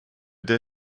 der